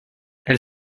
elle